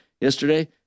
yesterday